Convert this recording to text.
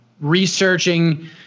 researching